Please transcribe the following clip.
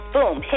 Boom